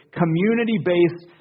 community-based